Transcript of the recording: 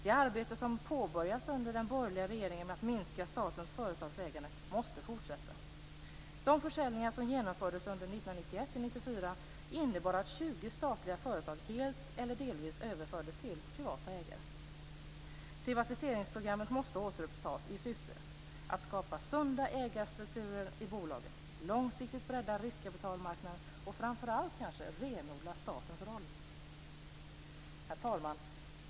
Det arbete som påbörjades under den borgerliga regeringen med att minska statens företagsägande måste fortsätta. De försäljningar som genomfördes under 1991-1994 innebar att 20 statliga företag helt eller delvis överfördes till privata ägare. Privatiseringsprogrammet måste återupptas i syfte att skapa sunda ägarstrukturer i bolagen, att långsiktigt bredda riskkapitalmarknaden och - kanske framför allt - att renodla statens roll. Herr talman!